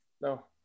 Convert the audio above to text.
No